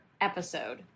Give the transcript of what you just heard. episode